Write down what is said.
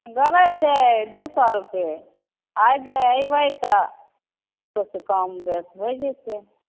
गरै छै दू सए रुपे आइ ज अयबै तऽ किछु कम बेस होए जेतै